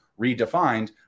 redefined